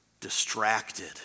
distracted